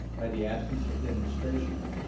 by the absence of demonstration,